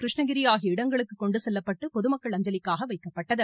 கிருஷ்ணகிரி ஆகிய இடங்களுக்கு கொண்டு செல்லப்பட்டு பொதுமக்கள் அஞ்சலிக்காக வைக்கப்பட்டது